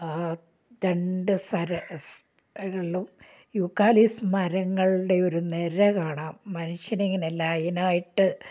രണ്ട് സൈഡുകളിലും യൂക്കാലിസ് മരങ്ങളുടെ ഒരു നിര കാണാം മനുഷ്യൻ ഇങ്ങനെ ലൈൻ ആയിട്ട്